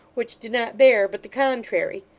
which do not bear, but the contrairy.